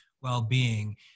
well-being